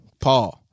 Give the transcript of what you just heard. Paul